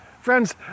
Friends